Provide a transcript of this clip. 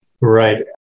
Right